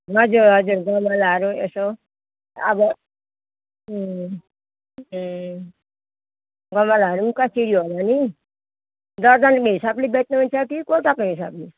हजुर हजुर गमलाहरू यसो अब ए गमलाहरू पनि कसरी होला नि दर्जनको हिसाबले बेच्नुहुन्छ कि गोटाको हिसाबले